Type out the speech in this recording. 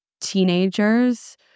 teenagers